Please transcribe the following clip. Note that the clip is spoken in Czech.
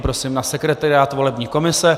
Prosím na sekretariát volební komise.